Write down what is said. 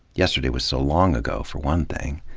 yesterday was so long ago, for one thing.